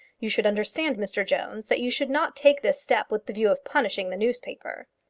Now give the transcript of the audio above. you should understand, mr jones, that you should not take this step with the view of punishing the newspaper.